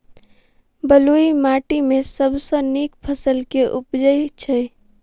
बलुई माटि मे सबसँ नीक फसल केँ उबजई छै?